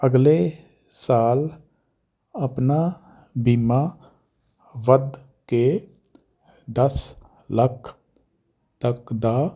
ਅਗਲੇ ਸਾਲ ਆਪਣਾ ਬੀਮਾ ਵੱਧ ਕੇ ਦਸ ਲੱਖ ਤੱਕ ਦਾ